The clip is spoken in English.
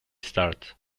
start